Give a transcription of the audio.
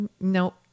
no